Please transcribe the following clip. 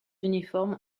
uniforme